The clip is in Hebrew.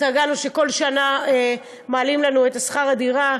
התרגלנו שבכל שנה מעלים לנו את שכר הדירה,